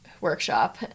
workshop